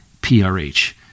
PRH